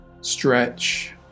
stretch